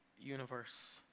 universe